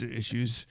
issues